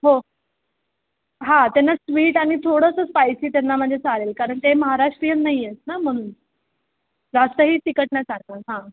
हो हां त्यांना स्वीट आणि थोडंसं स्पायसी त्यांना म्हणजे चालेल कारण ते महाराष्ट्रीयन नाही आहेत ना म्हणून जास्तही तिखट नाही चालत हां